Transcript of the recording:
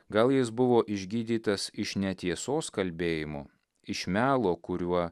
gal jis buvo išgydytas iš netiesos kalbėjimo iš melo kuriuo